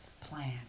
plan